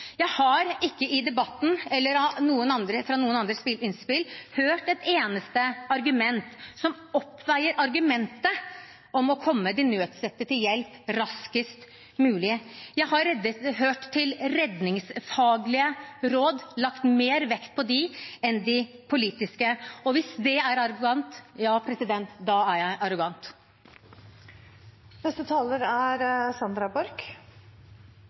Jeg har ikke i debatten eller i noen andre innspill hørt et eneste argument som oppveier argumentet om å komme de nødstedte til hjelp raskest mulig. Jeg har hørt på redningsfaglige råd og lagt mer vekt på dem enn på de politiske. Hvis det er arrogant, ja, da er jeg